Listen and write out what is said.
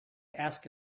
ask